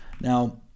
Now